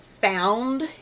found